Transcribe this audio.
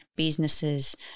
Businesses